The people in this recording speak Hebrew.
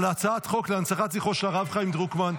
הצעת חוק להנצחת זכרו של הרב חיים דרוקמן,